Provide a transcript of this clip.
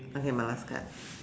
okay my last card